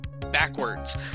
backwards